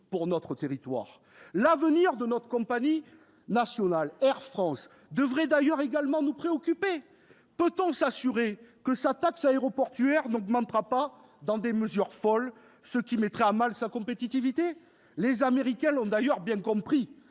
pour notre territoire ? L'avenir de notre compagnie nationale, Air France, devrait d'ailleurs également nous préoccuper. Peut-on s'assurer que sa taxe aéroportuaire n'augmentera pas dans des mesures folles, ce qui mettrait à mal sa compétitivité ? Les Américains, eux, l'ont bien compris